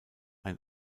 ein